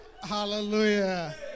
Hallelujah